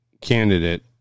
candidate